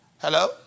hello